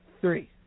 three